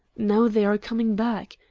now they are coming back.